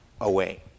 away